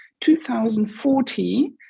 2040